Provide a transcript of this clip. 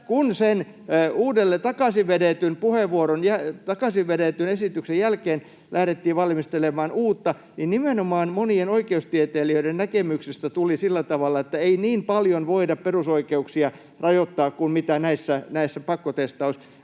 kun sen takaisinvedetyn esityksen jälkeen lähdettiin valmistelemaan uutta, niin nimenomaan monien oikeustieteilijöiden näkemyksiä tuli sillä tavalla, että ei niin paljon voida perusoikeuksia rajoittaa kuin mitä näissä pakkotestausajatuksissa